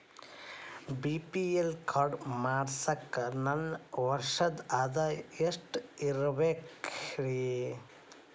BPL card ಮಾಡ್ಸಾಕ ನನ್ನ ವರ್ಷದ್ ಆದಾಯ ಎಷ್ಟ ಇರಬೇಕ್ರಿ?